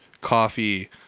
coffee